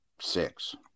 six